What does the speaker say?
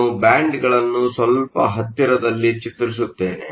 ನಾನು ಬ್ಯಾಂಡ್ಗಳನ್ನು ಸ್ವಲ್ಪ ಹತ್ತಿರದಲ್ಲಿ ಚಿತ್ರಿಸುತ್ತೆನೆ